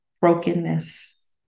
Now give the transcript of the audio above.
brokenness